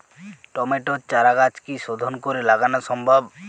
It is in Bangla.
টমেটোর চারাগাছ কি শোধন করে লাগানো সম্ভব?